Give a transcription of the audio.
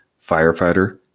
firefighter